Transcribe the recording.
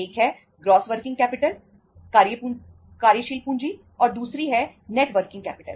एक है gross working capital